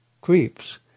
creeps